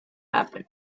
happen